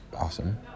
awesome